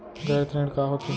गैर ऋण का होथे?